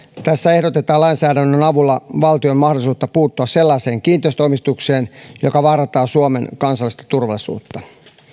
tässä ehdotetaan lainsäädännön avulla valtiolle mahdollisuutta puuttua sellaiseen kiinteistöomistukseen joka vaarantaa suomen kansallista turvallisuutta